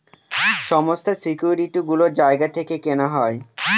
সমস্ত সিকিউরিটি গুলো জায়গা থেকে কেনা হয়